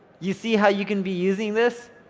you see how you can be using this?